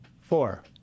four